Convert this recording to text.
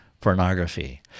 pornography